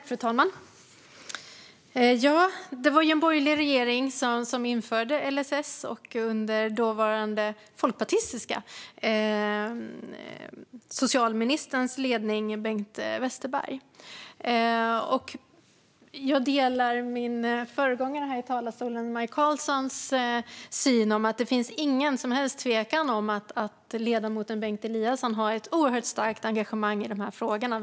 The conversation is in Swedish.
Fru talman! Det var en borgerlig regering som införde LSS under den dåvarande folkpartistiske socialministern Bengt Westerbergs ledning. Jag delar min föregångare i talarstolen Maj Karlssons syn att det inte finns någon som helst tvekan om att ledamoten Bengt Eliasson har ett oerhört starkt engagemang i de här frågorna.